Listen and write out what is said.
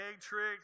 tricks